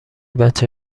بچه